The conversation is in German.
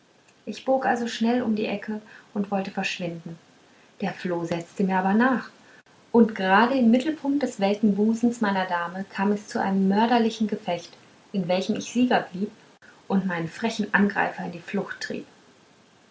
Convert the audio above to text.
ich bog also schnell um die ecke und wollte verschwinden der floh setzte mir aber nach und grade im mittelpunkt des welken busens meiner dame kam es zu einem mörderlichen gefecht in welchem ich sieger blieb und meinen frechen angreifer in die flucht trieb